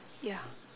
ya